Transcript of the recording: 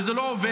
והיא לא עובדת,